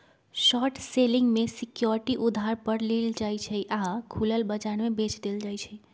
short selling में security उधार पर लेल जाइ छइ आऽ खुलल बजार में बेच देल जाइ छइ